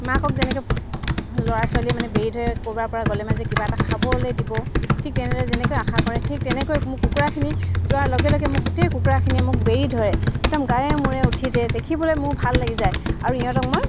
মাকক যেনেকৈ ল'ৰা ছোৱালীয়ে মানে বেৰি ক'ৰবাৰ পৰা গ'লে মানে যে কিবা এটা খাবলৈ দিব ঠিক তেনেদৰে যেনেকৈ আশা কৰে ঠিক তেনেকৈ মোক কুকুৰাখিনি যোৱাৰ লগে লগে মোক গোটেই কুকুৰাখিনিয়ে মোক বেৰি ধৰে একদম গায়ে মূৰে উঠি দিয়ে দেখিবলৈ মোৰ ভাল লাগি যায় আৰু ইহঁতক মই